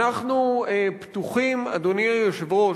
אנחנו פתוחים, אדוני היושב-ראש,